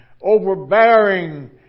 overbearing